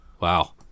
Wow